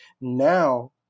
now